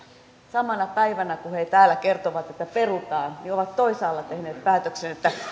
samana päivänä kun he täällä kertovat että perutaan he ovat toisaalla tehneet päätöksen että